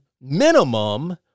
minimum